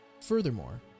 Furthermore